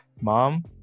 mom